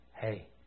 Hey